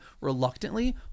reluctantly